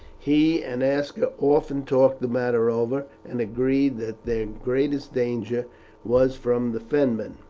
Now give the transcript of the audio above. he and aska often talked the matter over, and agreed that their greatest danger was from the fenmen.